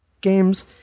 games